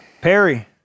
Perry